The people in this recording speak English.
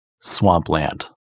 swampland